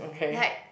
like